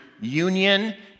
union